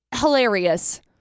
hilarious